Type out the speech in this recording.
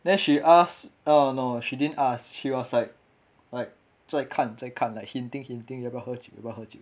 then she ask oh no she didn't ask she was like like 再看再看 like hinting hinting 要不要喝酒要不要喝酒